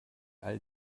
all